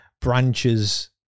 branches